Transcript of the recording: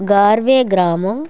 గార్వే గ్రామం